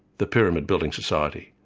the pyramid building society,